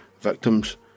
victims